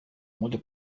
molly